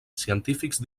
científics